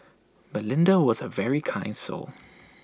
belinda was A very kind soul